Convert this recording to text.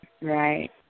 Right